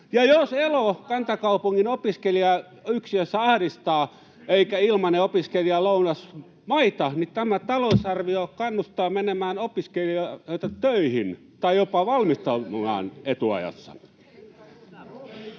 Ja jos elo kantakaupungin opiskelijayksiössä ahdistaa eikä ilmainen opiskelijalounas maita, niin tämä talousarvio kannustaa opiskelijoita menemään töihin tai jopa valmistumaan etuajassa.